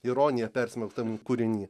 ironija persmelktam kūriny